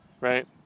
Right